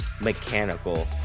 mechanical